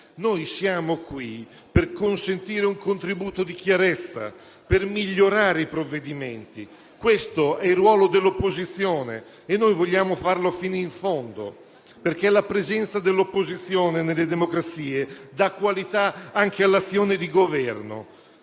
Noi siamo qui per consentire un contributo di chiarezza, per migliorare i provvedimenti. Questo è il ruolo dell'opposizione e noi vogliamo farlo fino in fondo perché la presenza dell'opposizione nelle democrazie dà qualità anche all'azione di Governo.